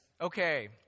Okay